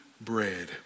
bread